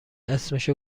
اسمشو